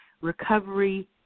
recovery